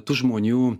tų žmonių